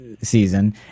season